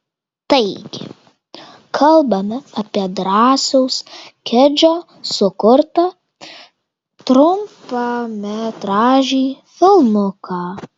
taigi kalbame apie drąsiaus kedžio sukurtą trumpametražį filmuką